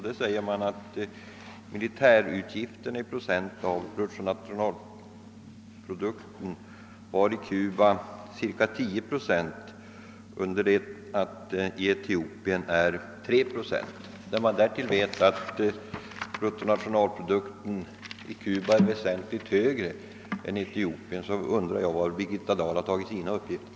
Där sägs det att militärutgifterna i Cuba var 10 procent av bruttonationalprodukten, under det att de i Etiopien är 3 procent. När man därtill vet att bruttonationalprodukten i Cuba är väsentligt högre än i Etiopien, undrar jag var Birgitta Dahl har fått sina uppgifter.